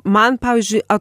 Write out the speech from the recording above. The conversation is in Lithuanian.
man pavyzdžiui a